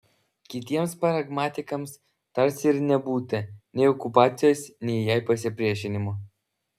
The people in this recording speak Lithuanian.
kitiems pragmatikams tarsi ir nebūta nei okupacijos nei jai pasipriešinimo